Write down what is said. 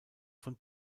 von